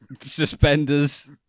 suspenders